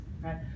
right